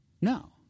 No